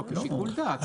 לא, לא כחובה.